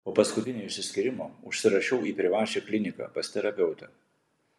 po paskutinio išsiskyrimo užsirašiau į privačią kliniką pas terapeutę